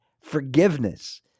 forgiveness